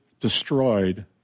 destroyed